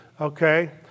Okay